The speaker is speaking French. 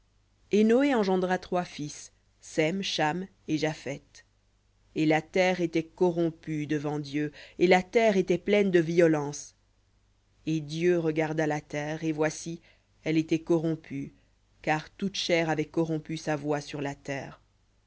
et noé engendra trois fils sem cham et japheth et la terre était corrompue devant dieu et la terre était pleine de violence et dieu regarda la terre et voici elle était corrompue car toute chair avait corrompu sa voie sur la terre